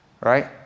right